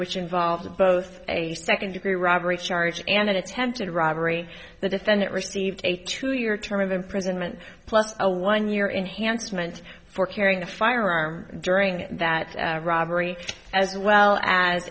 which involves both a second degree robbery charge and an attempted robbery the defendant received a two year term of imprisonment plus a one year enhanced meant for carrying a firearm during that robbery as well as